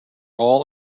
all